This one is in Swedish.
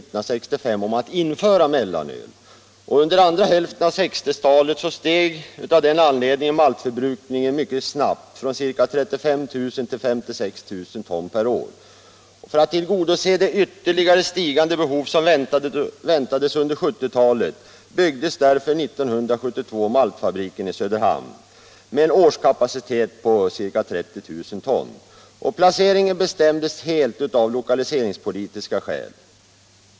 hamn steg av den anledningen maltförbrukningen mycket snabbt från ca 35 000 till 65 000 ton per år. Och för att tillgodose det ytterligare stigande behov som väntades under 1970-talet byggdes 1972 maltfabriken i Söderhamn med en årskapacitet på ca 30 000 ton. Och placeringen bestämdes helt av lokaliseringspolitiska skäl.